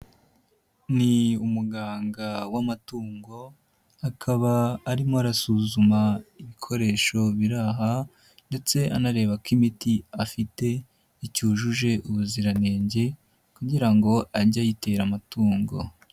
Ni umuganga w'amatungo ,akaba arimo arasuzuma ibikoresho biri aha ,ndetse anareba ko imiti afite icyujuje ubuziranenge ,kugira ngo ajye ayitera amatungo.